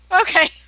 Okay